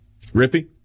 Rippy